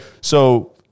So-